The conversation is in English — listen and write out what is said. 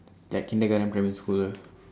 like kindergarden primary school